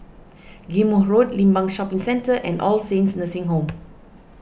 Ghim Moh Road Limbang Shopping Centre and All Saints Nursing Home